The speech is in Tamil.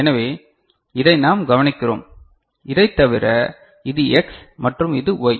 எனவே இதை நாம் கவனிக்கிறோம் இதைத் தவிர இது X மற்றும் இது Y